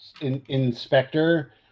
inspector